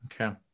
Okay